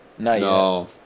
No